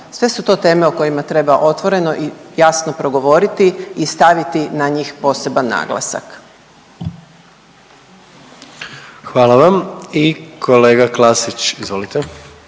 Sve su to teme o kojima treba otvoreno i jasno progovoriti i staviti na njih poseban naglasak. **Jandroković, Gordan